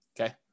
okay